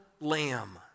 lamb